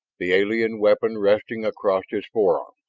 the alien weapon resting across his forearm.